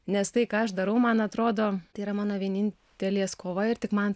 nes tai ką aš darau man atrodo tai yra mano vienintelės kova ir tik man